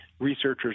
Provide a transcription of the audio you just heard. researchers